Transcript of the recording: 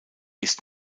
ist